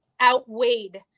outweighed